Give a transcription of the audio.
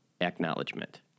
acknowledgement